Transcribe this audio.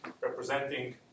representing